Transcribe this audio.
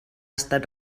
estat